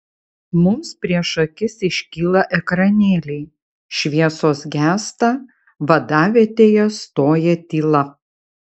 mums prieš akis iškyla ekranėliai šviesos gęsta vadavietėje stoja tyla